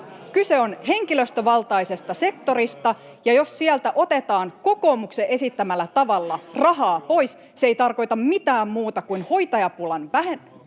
Kyse on henkilöstövaltaisesta sektorista, ja jos sieltä otetaan kokoomuksen esittämällä tavalla rahaa pois, se ei tarkoita mitään muuta kuin hoitajapulan pahenemista.